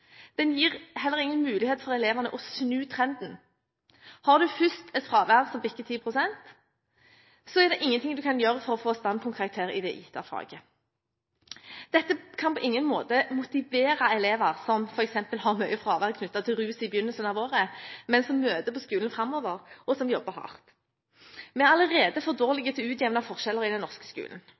Den gir heller ingen mulighet for elevene til å snu trenden – har man først et fravær som bikker 10 pst., er det ingenting man kan gjøre for å få standpunktkarakter i det gitte faget. Dette kan på ingen måte motivere elever som f.eks. har mye fravær knyttet til rus i begynnelsen av året, men som møter på skolen framover og jobber hardt. Vi er allerede for dårlige til å utjevne forskjeller i den norske skolen.